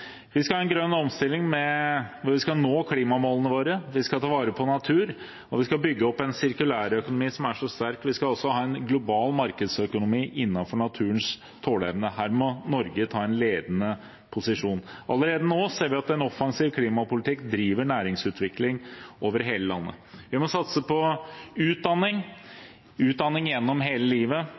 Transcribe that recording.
Vi skal ha en grønn omstilling hvor vi skal nå klimamålene våre, vi skal ta vare på natur, vi skal bygge opp en sirkulærøkonomi som er sterk, og vi skal også ha en global markedsøkonomi innenfor naturens tåleevne. Her må Norge ta en ledende posisjon. Allerede nå ser vi at en offensiv klimapolitikk driver næringsutvikling over hele landet. Vi må satse på utdanning – utdanning gjennom hele livet,